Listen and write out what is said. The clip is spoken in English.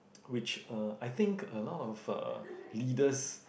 which uh I think a lot of uh leaders